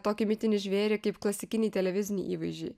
tokį mitinį žvėrį kaip klasikinį televizinį įvaizdžiai